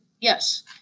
Yes